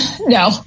no